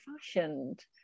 fashioned